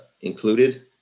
included